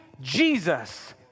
Jesus